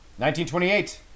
1928